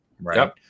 right